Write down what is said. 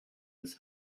his